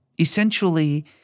essentially